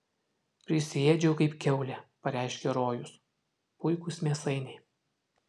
prisiėdžiau kaip kiaulė pareiškė rojus puikūs mėsainiai